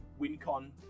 wincon